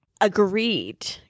Agreed